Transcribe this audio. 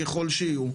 ככל שיהיו.